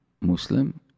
Muslim